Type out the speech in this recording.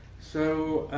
so